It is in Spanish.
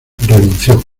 renunció